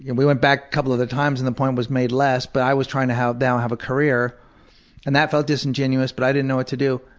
and we went back a couple other times and the point was made less but i was trying to now have a career and that felt disingenuous but i didn't know what to do.